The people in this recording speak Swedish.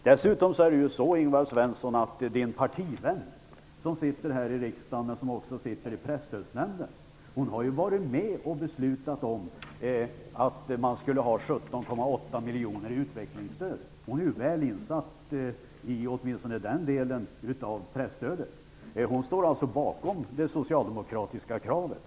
Dessutom har Ingvar Svenssons partivän, som sitter här i riksdagen och också i miljoner i utvecklingsstöd, och hon är väl insatt i åtminstone den delen av presstödet. Hon står alltså bakom det socialdemokratiska kravet.